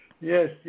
yes